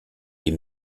des